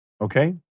okay